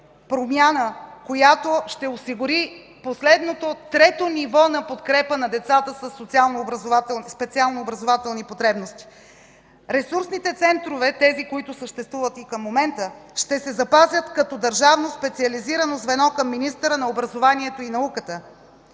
промяна, която ще осигури последното трето ниво на подкрепа на децата със специални образователни потребности. Ресурсните центрове – тези, които съществуват и към момента, ще се запазят като държавно специализирано звено към министъра на образованието и науката